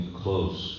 close